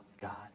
God